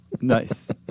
Nice